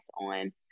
on